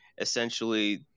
essentially